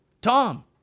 Tom